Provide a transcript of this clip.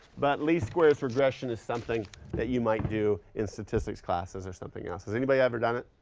but leastsquare regression is something that you might do in statistics classes or something else. has anybody ever done it?